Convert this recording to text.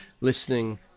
listening